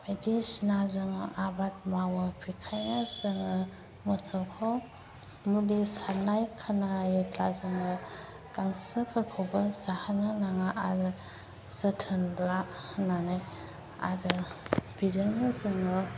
बायदिसिना जोङो आबाद मावो बेनिखायनो जोङो मोसौखौ मुलि सारनाय खोनायोब्ला जोङो गांसोफोरखौबो जाहोनो नाङा आरो जोथोन ला होननानै आरो बेजोंनो जोङो